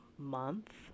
month